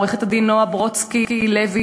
עורכת-הדין נועה ברודסקי-לוי,